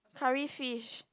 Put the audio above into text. curry fish